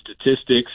statistics